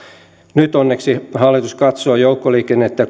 nyt onneksi hallitus katsoo joukkoliikennettä